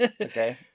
Okay